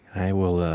i will